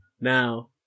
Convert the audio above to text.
Now